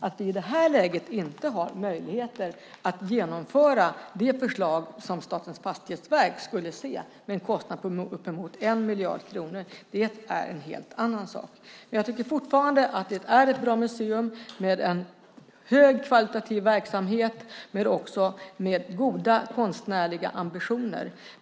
Att i det här läget inte ha möjligheter att genomföra de förslag som Statens fastighetsverk vill se, med en kostnad på uppemot 1 miljard kronor, är en helt annan sak. Jag tycker fortfarande att det är ett bra museum med en högkvalitativ verksamhet och goda konstnärliga ambitioner.